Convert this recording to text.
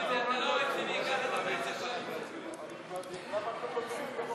לסעיף 20(1)